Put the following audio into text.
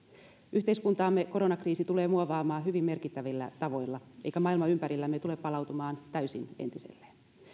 yhteiskuntaamme koronakriisi tulee muovaamaan hyvin merkittävillä tavoilla eikä maailma ympärillämme tule palautumaan täysin entiselleen